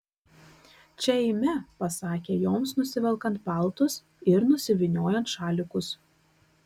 čia eime pasakė joms nusivelkant paltus ir nusivyniojant šalikus